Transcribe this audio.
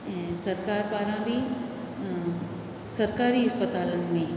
ऐं सरकारि पारां बि सरकारी इस्पतालनि में